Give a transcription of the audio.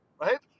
right